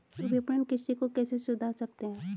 विपणन कृषि को कैसे सुधार सकते हैं?